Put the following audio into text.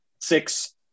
six